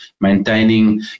maintaining